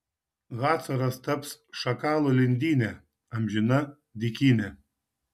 hacoras taps šakalų lindyne amžina dykyne